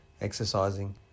exercising